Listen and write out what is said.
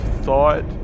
thought